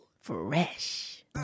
Fresh